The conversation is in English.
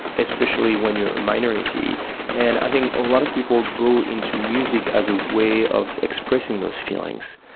especially when you're a minority. and i think a lot of people go into music as a way of expressing those feelings.